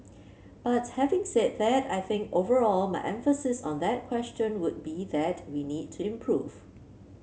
but having said that I think overall my emphasis on that question would be that we need to improve